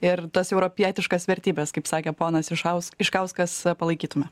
ir tas europietiškas vertybes kaip sakė ponas išaus iškauskas palaikytume